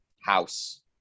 house